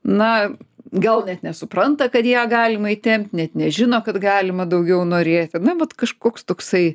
na gal net nesupranta kad ją galima įtempt net nežino kad galima daugiau norėti na vat kažkoks toksai